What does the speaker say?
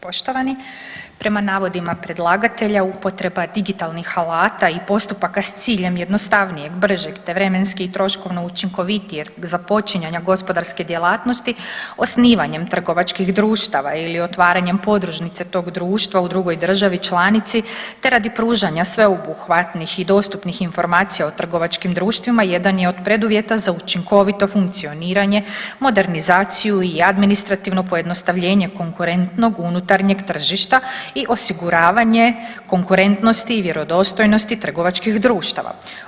Poštovani, prema navodima predlagatelja upotreba digitalnih alata i postupaka s ciljem jednostavnijeg, bržeg te vremenski i troškovno učinkovitijeg započinjanja gospodarske djelatnosti osnivanjem trgovačkih društava ili otvaranjem podružnice tog društva u drugoj državi članici te radi pružanja sveobuhvatnih i dostupnih informacija o trgovačkim društvima jedan je od preduvjeta za učinkovito funkcioniranje, modernizaciju i administrativno pojednostavljenje konkurentnog unutarnjeg tržišta i osiguravanje konkurentnosti i vjerodostojnosti trgovačkih društava.